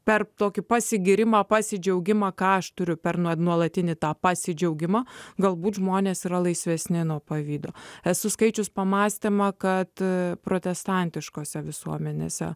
per tokį pasigyrimą pasidžiaugimą ką aš turiu per nuolatinį tą pasidžiaugimą galbūt žmonės yra laisvesni nuo pavydo esu skaičiusi pamąstymą kad protestantiškose visuomenėse